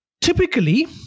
Typically